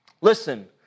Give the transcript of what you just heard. Listen